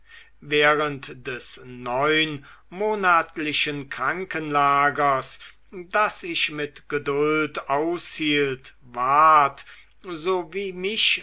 während des neunmonatlichen krankenlagers das ich mit geduld aushielt ward so wie mich